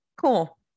Cool